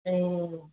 ए